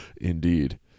Indeed